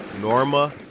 Norma